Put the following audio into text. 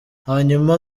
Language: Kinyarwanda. hanyuma